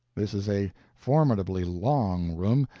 this is a formidably long room,